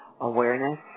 awareness